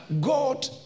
God